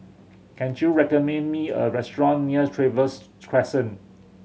can you recommend me a restaurant near Trevose Crescent